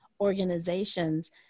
organizations